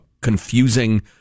confusing